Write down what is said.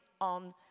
on